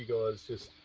guys just.